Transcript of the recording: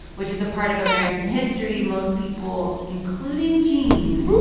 which is a part of american history most people, including gene.